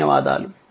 ధన్యవాదాలు